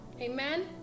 Amen